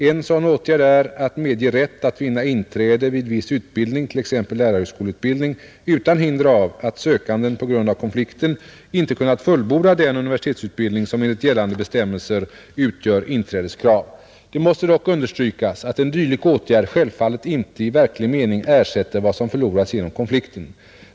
En sådan åtgärd är att medge rätt att vinna inträde vid viss utbildning, t.ex. lärarhögskoleutbildning, utan hinder av att sökanden på grund av konflikten inte kunnat fullborda den universitetsutbildning som enligt gällande bestämmelser utgör inträdeskrav, Det måste dock understrykas att en dylik åtgärd självfallet inte i verklig mening ersätter vad som förlorats genom konflikten.